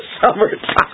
summertime